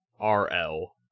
RL